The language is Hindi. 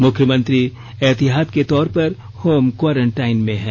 मुख्यमंत्री एहतियात के तौर पर होम क्वारंटाईन में है